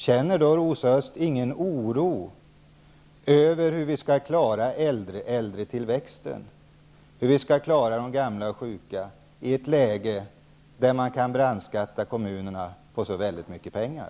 Känner Rosa Östh ingen oro över hur vi skall klara äldreäldretillväxten, hur vi skall klara de gamla och sjuka, i ett läge när kommunerna brandskattas på så väldigt mycket pengar?